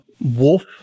Wolf